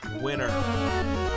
winner